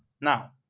Now